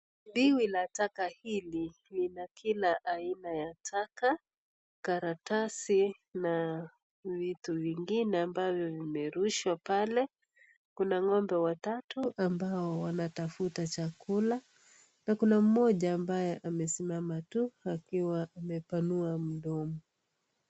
Biwi la taka hili lina kila aina ya taka, karatasi na vitu vingine ambavyo vimerushwa pale. Kuna ngombe watatu ambao wanatafuta chakula, na kuna mmoja ambaye amesimama tu akiwa amepanua mdomo.